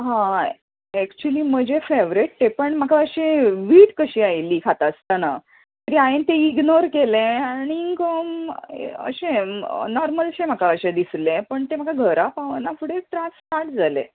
हय एक्चूली म्हजें फॅवरेट तें पण म्हाका अशी वीट कशी आयली खाता आसताना तरी आयेन तें इग्नोर केलें आनी अशें नॉर्मलशें म्हाका अशें दिसलें पण तें म्हाका घरा पावना फुडें त्रास स्टार्ट जाले